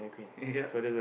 yup